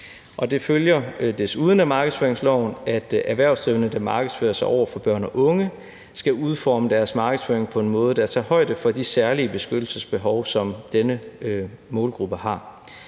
det følger desuden af markedsføringsloven, at erhvervsdrivende, der markedsfører sig over for børn og unge, skal udforme deres markedsføring på en måde, der tager højde for de særlige beskyttelsesbehov, som denne målgruppe har.